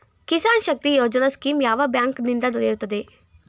Kisan Shakti Yojana scheme ಯಾವ bank ನಿಂದ ದೊರೆಯುತ್ತದೆ?